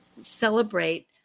celebrate